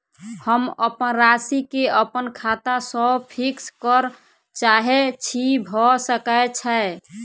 हम अप्पन राशि केँ अप्पन खाता सँ फिक्स करऽ चाहै छी भऽ सकै छै?